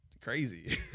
crazy